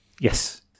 Yes